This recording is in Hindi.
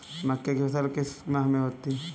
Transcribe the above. मक्के की फसल किस माह में होती है?